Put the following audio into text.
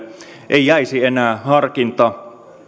ei jäisi enää harkinta